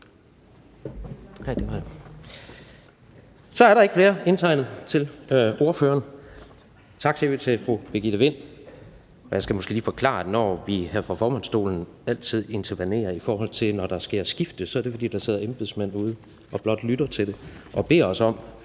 Så er der ikke flere indtegnet til ordføreren. Vi siger tak til fru Birgitte Vind. Jeg skal måske lige forklare, at når vi her fra formandsstolen altid intervenerer, i forhold til når der sker skifte, så er det, fordi der sidder embedsmænd og blot lytter og beder os om